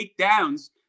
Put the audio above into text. takedowns